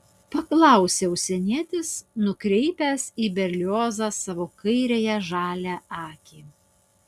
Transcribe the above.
paklausė užsienietis nukreipęs į berliozą savo kairiąją žalią akį